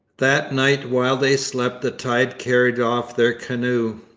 that night while they slept the tide carried off their canoe.